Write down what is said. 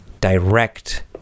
Direct